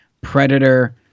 Predator